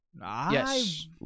Yes